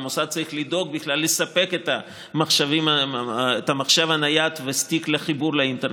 והמוסד צריך לדאוג בכלל לספק את המחשב הנייד וסטיק לחיבור לאינטרנט,